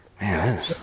Man